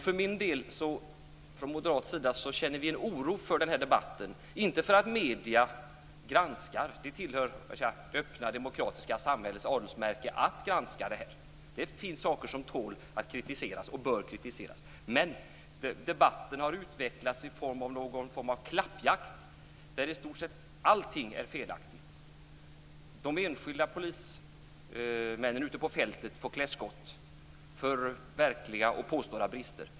Från moderat sida känner vi en oro för den här debatten. Det beror inte på att medierna granskar. Det är det öppna demokratiska samhällets adelsmärke att granska polisen. Det finns saker som tål att kritiseras och bör kritiseras. Men debatten har utvecklats till någon form av klappjakt där i stort sett allting är felaktigt. De enskilda polismännen ute på fältet får klä skott för verkliga och påstådda brister.